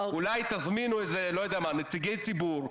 אולי תזמינו נציגי ציבור,